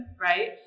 right